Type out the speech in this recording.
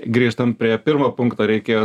grįžtam prie pirmo punkto reikėjo